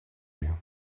you